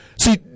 See